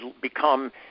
become